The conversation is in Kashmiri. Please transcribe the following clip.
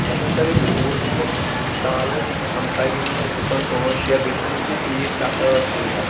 اَسہِ ٲس سَر ییٚتہِ ژوٗر گٔمٕژ کالے ییٚتہِ ہمساے گِری منٛز گُپن پانٛژھ شےٚ بیٚیہِ چھِکھ نِمٕتۍ ییٚتہِ تیٖر سَتھ ٲٹھ ژوٗرِ حظ